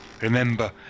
remember